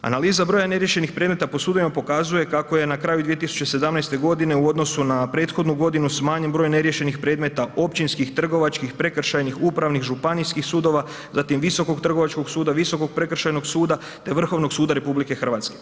Analiza broja neriješenih predmeta po sudovima pokazuje kako je na kraju 2017. godine u odnosu na prethodnu godinu smanjen broj neriješenih predmeta općinskih, trgovačkih, prekršajnih, upravnih, županijskih sudova, zatim Visokog trgovačkog suda, Visokog prekršajnog suda te Vrhovnog suda RH.